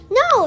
no